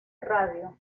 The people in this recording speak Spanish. radio